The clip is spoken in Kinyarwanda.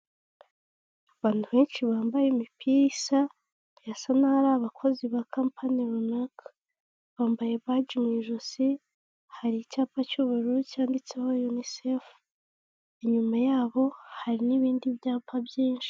Abantu benshi bambaye imipira isa, birasa nk’aho ari abakozi ba kampani runaka. Bambaye baji mu ijosi, hari icyapa cy'ubururu cyanditseho unicefu. Inyuma yabo hari n'ibindi byapa byinshi.